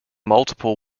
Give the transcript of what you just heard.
multiple